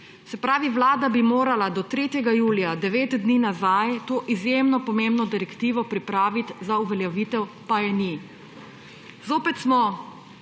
Se pravi, Vlada bi morala do 3. julija, devet dni nazaj, to izjemno pomembno direktivo pripraviti za uveljavitev, pa je ni. Zopet smo